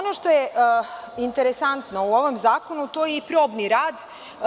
Ono što je interesantno u ovom zakonu to je i probni rad.